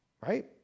Right